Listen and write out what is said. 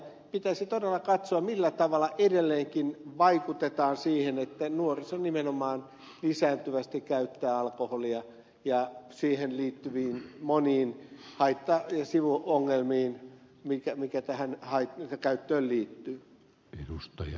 pitäisi todella katsoa millä tavalla edelleenkin vaikutetaan siihen että nuoriso nimenomaan lisääntyvästi käyttää alkoholia ja siihen liittyvien monien haittaa kriisi luo ongelmia mikä mikä tähän hait alkoholin käyttöön liittyviin moniin haitta ja sivuongelmiin